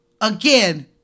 again